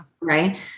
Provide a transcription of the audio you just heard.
right